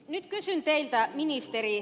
nyt kysyn teiltä ministeri